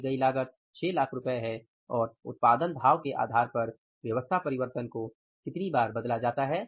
दी गई लागत 600000 है और उत्पादन धाव के आधार पर व्यवस्था परिवर्तन को कितनी बार बदला जाता है